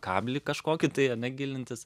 kablį kažkokį tai ane gilintis